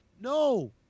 no